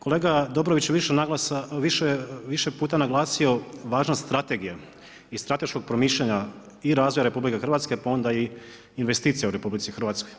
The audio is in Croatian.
Kolega Dobrović je više puta naglasio važnost strategije i strateškog promišljanja i razvoja RH pa onda i investicija u RH.